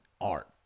art